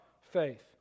faith